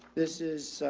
this is